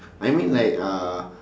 I mean like uh